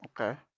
Okay